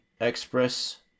Express